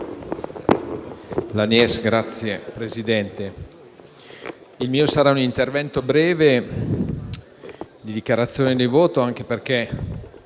il mio sarà un intervento breve in dichiarazione di voto, anche perché